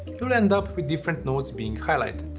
you'll end up with different notes being highlighted.